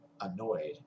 annoyed